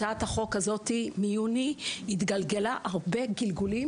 הצעת החוק הזאת מיוני התגלגלה הרבה גלגלולים